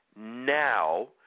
now